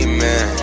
Amen